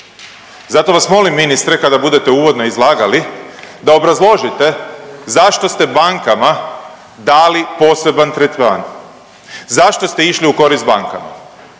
Zato vas molim, ministre, kada budete uvodno izlagali da obrazložite zašto ste bankama dali poseban tretman. Zašto ste išli u korist bankama?